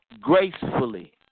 gracefully